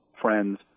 friends